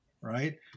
right